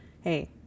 hey